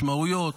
משמעויות,